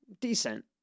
decent